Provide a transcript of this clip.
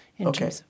Okay